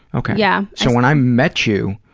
okay. yeah. so when i met you,